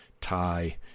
tie